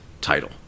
title